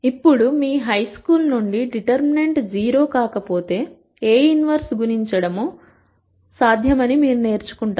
ఇప్పుడు మీ హైస్కూల్ నుండి డిటర్మినెంట్ 0 కాకపోతే A 1 గణించడం సాధ్యమని మీరు నేర్చుకుంటారు